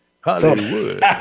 Hollywood